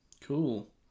Cool